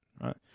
right